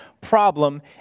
problem